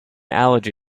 allergy